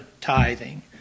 tithing